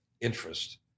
interest